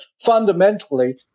fundamentally